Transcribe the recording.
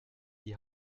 die